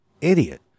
Idiot